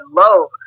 love